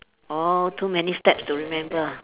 orh too many steps to remember ah